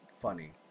funny